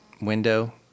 window